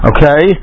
Okay